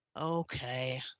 Okay